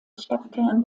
stadtkern